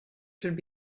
should